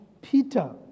Peter